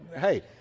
hey